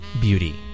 Beauty